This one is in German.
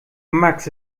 max